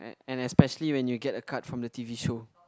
and especially when you get a card from the t_v show